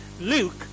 Luke